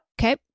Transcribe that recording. Okay